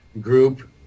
group